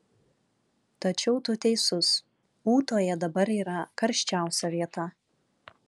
tačiau tu teisus ūtoje dabar yra karščiausia vieta